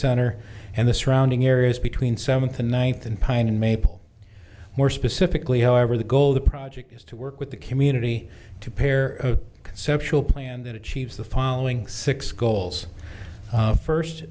center and the surrounding areas between seventh and ninth and pine and maple more specifically however the goal of the project is to work with the community to pair of conceptual planned it sheaves the following six goals first